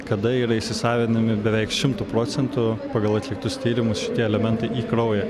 kada yra įsisavinami beveik šimtu procentų pagal atliktus tyrimus šitie elementai į kraują